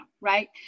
right